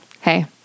Hey